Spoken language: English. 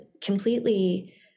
completely